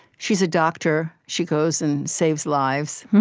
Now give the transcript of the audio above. she's a doctor she goes and saves lives.